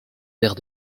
père